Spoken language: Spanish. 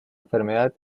enfermedad